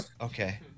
Okay